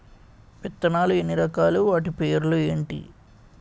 విత్తనాలు ఎన్ని రకాలు, వాటి పేర్లు ఏంటి?